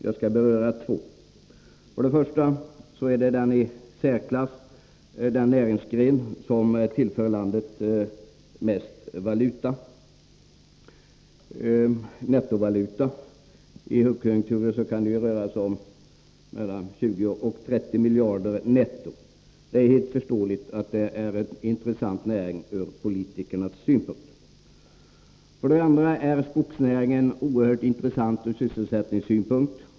Jag skall beröra två. För det första är skogsnäringen den näringsgren som tillför landet i särklass mest valuta. I högkonjunturer kan det röra sig om mellan 20 och 30 miljarder netto. Det är därför fullt förståeligt att den är en intressant näring från politikernas synpunkt. För det andra är skogsnäringen oerhört intressant från sysselsättningssynpunkt.